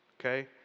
okay